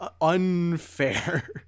unfair